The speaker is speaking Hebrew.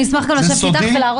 אני אשמח גם לשבת איתך ולהראות לך